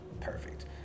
perfect